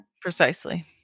Precisely